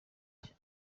nshya